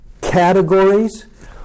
categories